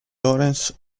laurence